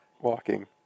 walking